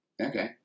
Okay